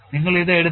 നിങ്ങൾ ഇത് എടുത്തു